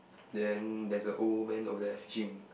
then there is a old man over there fishing